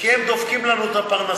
כי הם דופקים לנו את הפרנסה.